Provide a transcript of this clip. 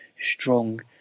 strong